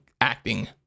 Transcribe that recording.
acting